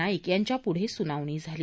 नाईक यांच्यापुढे सुनावणी झाली